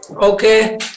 Okay